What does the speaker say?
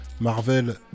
Marvel